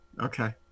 Okay